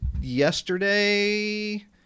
yesterday